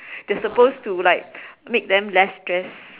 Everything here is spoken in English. they're supposed to like make them less stressed